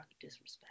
Disrespect